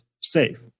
safe